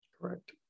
Correct